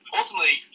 ultimately